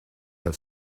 have